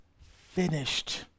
finished